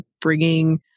bringing